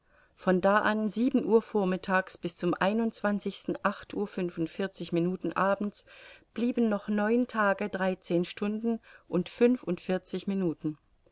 von da an sieben uhr vormittags bis zum uhr fünfundvierzig minuten abends blieben noch neun tage dreizehn stunden und fünfundvierzig minuten